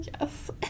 yes